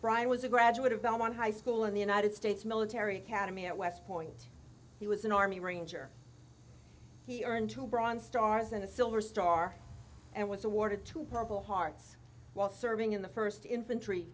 brian was a graduate of the one high school in the united states military academy at west point he was an army ranger he earned two bronze stars and a silver star and was awarded two purple hearts while serving in the first infantry